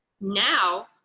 now